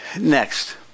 Next